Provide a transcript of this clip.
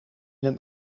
een